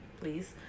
please